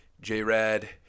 J-Rad